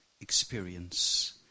experience